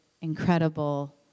incredible